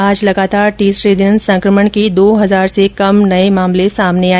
आज लगातार तीसरे दिन संक्रमण के दो हजार से कम नए मामले सामने आए